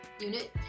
Unit